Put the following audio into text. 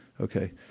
Okay